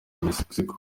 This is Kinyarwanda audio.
mexico